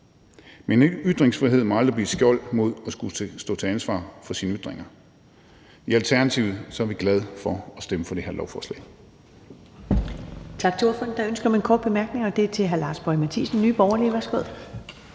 men ytringsfrihed må aldrig blive et skjold mod at skulle stå til ansvar for sine ytringer. I Alternativet er vi glade for at stemme for det her lovforslag.